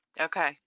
Okay